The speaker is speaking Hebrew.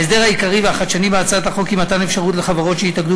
ההסדר העיקרי והחדשני בהצעת החוק הוא מתן אפשרות לחברות שהתאגדו